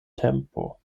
tempo